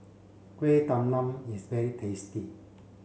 Kueh Talam is very tasty